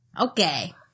Okay